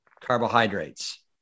carbohydrates